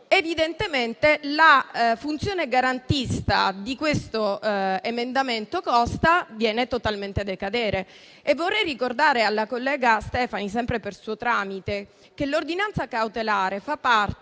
evidentemente la funzione garantista del cosiddetto emendamento Costa viene totalmente a decadere. Vorrei poi ricordare alla collega Stefani, sempre per suo tramite, che l'ordinanza cautelare fa parte